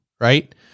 right